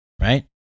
right